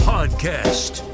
Podcast